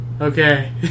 okay